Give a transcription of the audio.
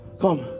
come